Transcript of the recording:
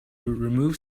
remove